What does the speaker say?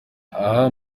aha